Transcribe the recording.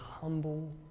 humble